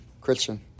Christian